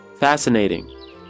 Fascinating